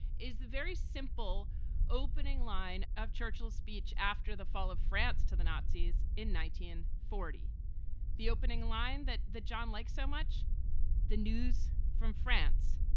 is the very simple opening line of churchill's speech after the fall of france to the nazis in nineteen forty the opening line that the john like so much the news from france,